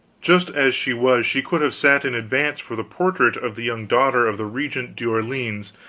just as she was she could have sat in advance for the portrait of the young daughter of the regent d'orleans,